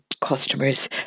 customers